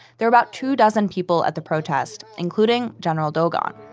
there are about two dozen people at the protest, including general dogon.